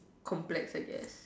complex I guess